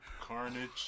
Carnage